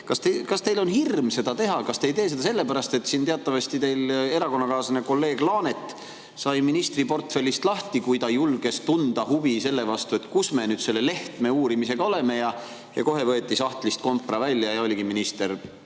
Kas teil on hirm seda teha? Kas te ei tee seda sellepärast, et teatavasti teie erakonnakaaslane kolleeg Laanet sai ministriportfellist lahti, kui ta julges tunda huvi selle vastu, kus me selle Lehtme uurimisega oleme. Kohe võeti sahtlist kompra välja ja oligi minister